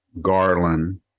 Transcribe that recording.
Garland